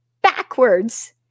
backwards